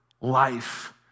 life